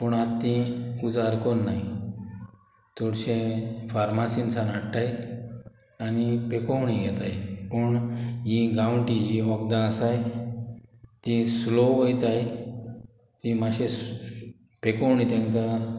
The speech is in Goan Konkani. पूण आतां ती उजार कोरनाय चोडशे फरमासीनच्यान हाडटाय आनी पेकोवणी घेताय पूण हीं गांवठी जीं वखदां आसाय तीं स्लो वयताय तीं मातशी पेकोवणी तांकां